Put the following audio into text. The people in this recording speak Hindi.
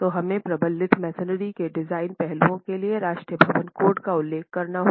तो हमें प्रबलित मैसनरी के डिजाइन पहलुओं के लिए राष्ट्रीय भवन कोड का उल्लेख करना होगा